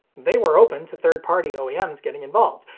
they were open to third party oems getting involved,